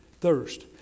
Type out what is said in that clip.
Thirst